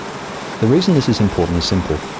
the reason this is important is simple.